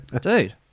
Dude